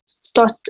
start